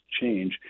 change